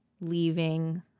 leaving